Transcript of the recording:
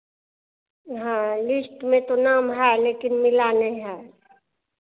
हाँ लिस्ट में तो नाम है लेकिन मिला नहीं है